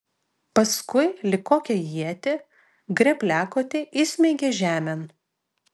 paskui lyg kokią ietį grėbliakotį įsmeigė žemėn